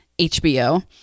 HBO